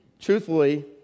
truthfully